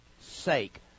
sake